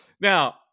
Now